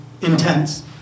intense